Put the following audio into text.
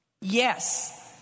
Yes